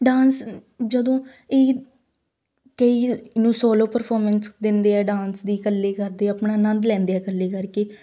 dance ਜਦੋਂ ਇਹ ਕਈ ਇਹਨੂੰ ਸੋਲੋ ਪਰਫੋਰਮੈਂਸ ਦਿੰਦੇ ਆ ਡਾਂਸ ਦੀ ਇਕੱਲੀ ਕਰਦੇ ਆਪਣਾ ਆਨੰਦ ਲੈਂਦੇ ਆ ਇਕੱਲੇ ਕਰਕੇ